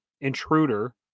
Intruder